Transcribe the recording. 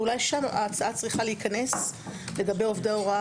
ואולי שם ההצעה צריכה להיכנס לגבי עובדי ההוראה